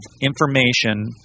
information